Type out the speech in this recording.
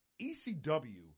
ECW